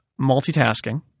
multitasking